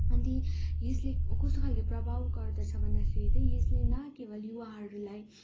अनि ती यसले कस्तो खालको प्रभाव गर्दछ भन्दाखेरि त्यही यसले न केवल युवाहरूलाई